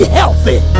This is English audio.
healthy